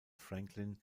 franklin